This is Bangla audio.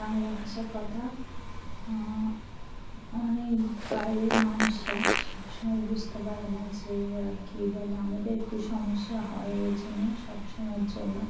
বাংলা ভাষার কথা অনেক বাইরের মানুষরা সব সমময় বুঝতে পারে না যে ওরা কী বলে আমাদের একটু সমস্যা হয় এই জন্য সবসময়ের জন্য